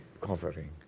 covering